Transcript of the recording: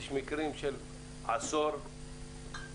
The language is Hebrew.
יש מקרים של עשור ויותר.